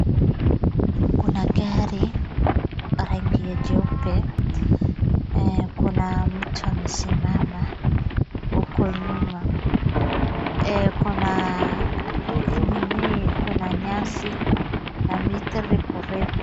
Kuna gari, rangi ya jeupe. Kuna mtu amesimama huku nyuma. Kuna nyasi na miti refu refu.